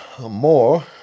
more